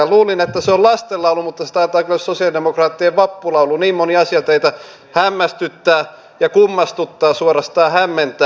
luulin että se on lastenlaulu mutta se taitaakin olla sosialidemokraattien vappulaulu niin moni asia teitä hämmästyttää ja kummastuttaa suorastaan hämmentää